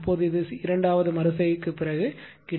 இப்போது இது இரண்டாவது மறு செய்கைக்குப் பிறகு கிடைப்பது